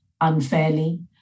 unfairly